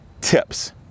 tips